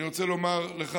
אני רוצה לומר לך